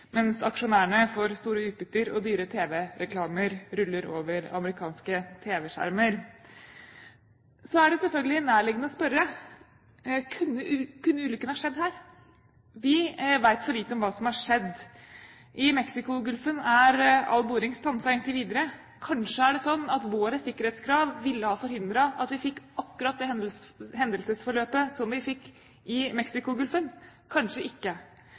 mens aksjonærene får store utbytter og dyre tv-reklamer ruller over amerikanske tv-skjermer. Så er det selvfølgelig nærliggende å spørre: Kunne ulykken ha skjedd her? Vi vet for lite om hva som har skjedd. I Mexicogolfen er all boring stanset inntil i videre. Kanskje er det slik at våre sikkerhetskrav ville ha forhindret at vi fikk akkurat det hendelsesforløpet som vi fikk i Mexicogolfen, kanskje ikke.